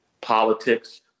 politics